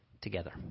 together